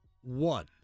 One